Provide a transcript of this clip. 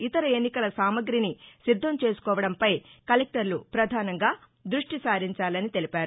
ఇతర ఎన్నికల సామాగ్రిని సిద్ధం చేసుకోవడంపై కలెక్టర్లు ప్రధానంగా దృష్టిసారించాలన్నారు